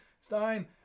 Stein